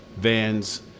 vans